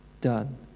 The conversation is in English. done